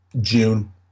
June